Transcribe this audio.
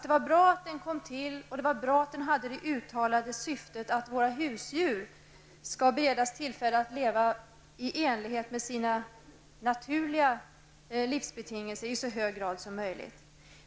Det är bra att den har kommit till, och det är bra att den har det uttalade syftet att våra husdjur skall beredas tillfälle att leva i enlighet med sina naturliga livsbetingelser i så hög grad som möjligt.